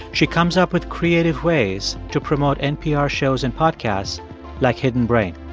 she comes up with creative ways to promote npr shows and podcasts like hidden brain.